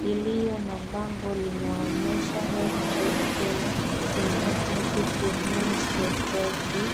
iliyo na bango linaonyesha healthright kenya in partnership with ministry of healthy.